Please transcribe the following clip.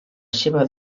seva